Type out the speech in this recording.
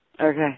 okay